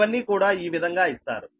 ఇవన్నీ కూడా ఈ విధంగా ఇస్తారు